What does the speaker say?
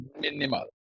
minimal